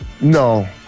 No